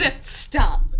Stop